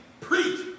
preach